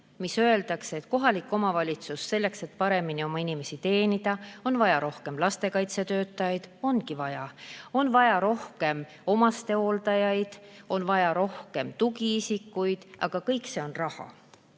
öeldakse, et kohalik omavalitsus on olemas selleks, et paremini oma inimesi teenindada. Meil on vaja rohkem lastekaitsetöötajaid – ongi vaja –, on vaja rohkem omastehooldajaid, on vaja rohkem tugiisikuid, aga kõik see on raha.